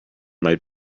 might